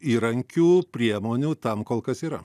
įrankių priemonių tam kol kas yra